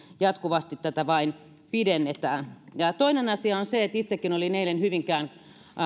jatkuvasti tätä vain pidennetään toinen asia on se itsekin olin eilen hyvinkään